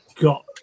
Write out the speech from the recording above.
got